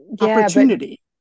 opportunity